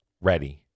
ready